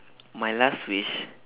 my last wish